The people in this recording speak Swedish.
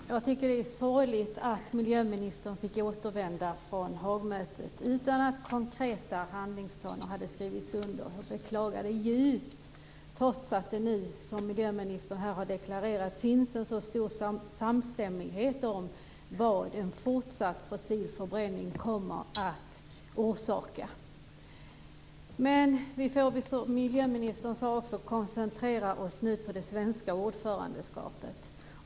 Fru talman! Jag tycker att det är sorgligt att miljöministern fick återvända från Haagmötet utan att konkreta handlingsplaner hade skrivits under. Jag beklagar det djupt. Detta skedde trots att det nu, som miljöministern här har deklarerat, finns en så stor samstämmighet om vad en fortsatt fossil förbränning kommer att orsaka. Men vi får väl som miljöministern sade nu koncentrera oss på det svenska ordförandeskapet.